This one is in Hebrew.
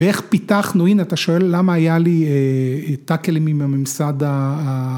ואיך פיתחנו, הנה אתה שואל למה היה לי "תאקלים" עם ממסד ה...